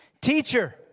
teacher